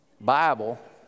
Bible